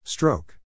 Stroke